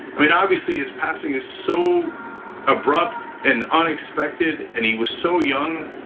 i mean, obviously his passing is so abrupt and unexpected and he was so young,